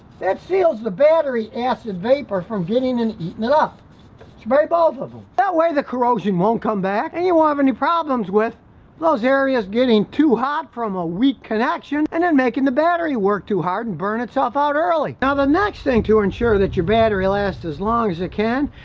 that seals the battery acid vapor from getting and eating it up spray both of them, ah that way the corrosion won't come back and you won't have any problems with those areas getting too hot from a weak connection and then making the battery work too hard and burn itself out early, now the next thing to ensure that your battery lasts as long as it can,